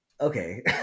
okay